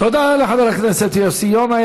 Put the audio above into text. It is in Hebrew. תודה לחבר הכנסת יוסי יונה.